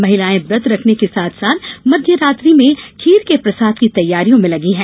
महिलायें व्रत रखने के साथ साथ मध्य रात्रि में खीर के प्रसाद की तैयारियों में लगी हैं